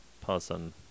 person